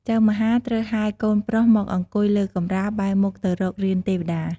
ចៅមហា ត្រូវហែកូនប្រុសមកអង្គុយលើកម្រាល បែរមុខទៅរករានទេវតា។